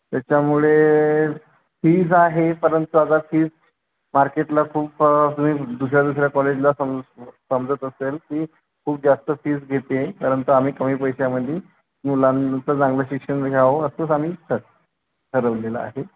त्याच्यामुळे फीज आहे परंतु अगर फीस मार्केटला खूप तुम्ही दुसऱ्या दुसऱ्या कॉलेजला समजत असेल की खूप जास्त फीस घेते कारण तर आम्ही कमी पैशांमध्ये मुलांचं चांगलं शिक्षण घ्यावं असंच आम्ही ठर् ठरवलेलं आहे